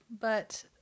But-